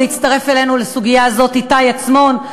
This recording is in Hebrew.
והצטרף אלינו לסוגיה הזאת איתי עצמון,